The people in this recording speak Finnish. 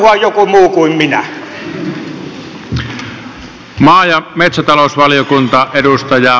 ruotsia saa puhua joku muu kuin minä